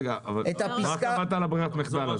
רגע, אבל מה ההחלטה על ברירת המחדל?